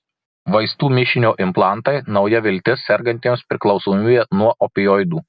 vaistų mišinio implantai nauja viltis sergantiems priklausomybe nuo opioidų